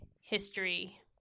history